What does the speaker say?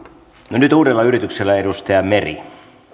no nyt uudella yrityksellä edustaja meri